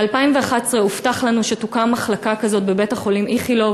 ב-2011 הובטח לנו שתוקם מחלקה כזאת בבית-החולים איכילוב.